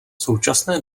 současné